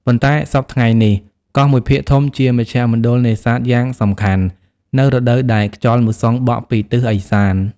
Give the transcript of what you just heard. ប៉ុន្តែ សព្វថ្ងៃនេះ កោះមួយភាគធំជាមជ្ឈមណ្ឌលនេសាទយ៉ាងសំខាន់ នៅរដូវដែលខ្យល់មូសុងបក់ពី ទិសឦសាន ។